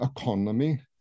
economy